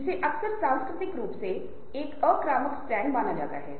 इसलिए mind set को बदलना होगा